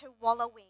wallowing